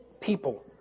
people